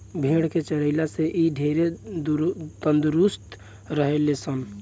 भेड़ के चरइला से इ ढेरे तंदुरुस्त रहे ले सन